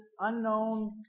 unknown